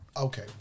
Okay